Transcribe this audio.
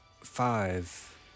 five